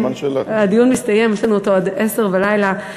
יש לנו דיון עד 10 בלילה,